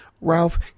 Ralph